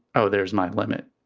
oh, there's my limit.